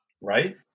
Right